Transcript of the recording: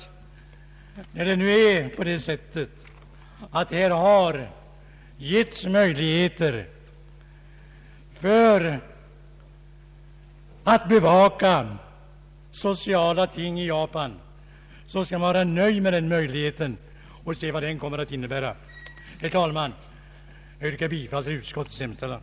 När det nu bereds möjligheter att bevaka sociala frågor i Japan, bör vi kunna vara nöjda med detta och se vad det kommer att innebära. Herr talman! Jag yrkar bifall till utskottets hemställan.